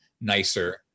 nicer